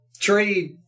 trade